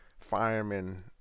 firemen